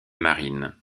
marine